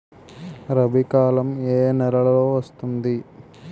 రబీ కాలం ఏ ఏ నెలలో వస్తుంది?